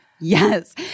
Yes